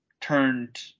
turned